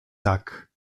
tak